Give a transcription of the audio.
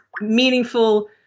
meaningful